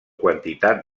quantitat